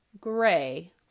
Gray